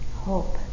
hope